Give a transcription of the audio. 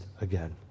again